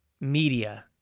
media